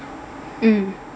mm